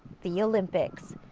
the olympics.